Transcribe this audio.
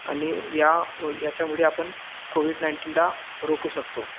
आणि या याच्यामुळे आपण कोविड नाइंटीनला रोकू सकतो